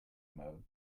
mode